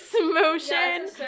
motion